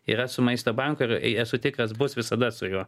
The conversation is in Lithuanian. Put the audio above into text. yra su maisto banku ir esu tikras bus visada su juo